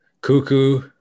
Cuckoo